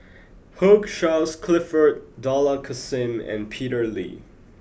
Hugh Charles Clifford Dollah Kassim and Peter Lee